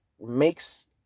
makes